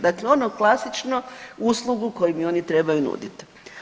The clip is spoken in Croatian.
Dakle, ono klasičnu uslugu koju mi oni trebaju nuditi.